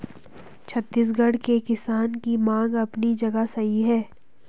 छत्तीसगढ़ के किसान की मांग अपनी जगह सही है